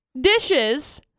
dishes